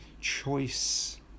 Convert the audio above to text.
choice